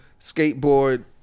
skateboard